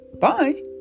Bye